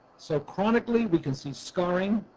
so, chronically we can see scarring,